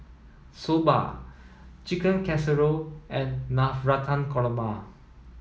Soba Chicken Casserole and Navratan Korma